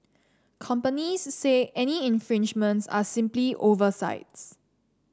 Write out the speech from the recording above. companies say any infringements are simply oversights